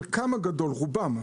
רובם,